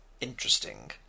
Interesting